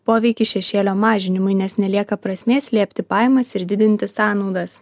poveikį šešėlio mažinimui nes nelieka prasmės slėpti pajamas ir didinti sąnaudas